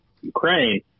Ukraine